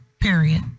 period